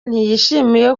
ntiyishimiye